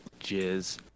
jizz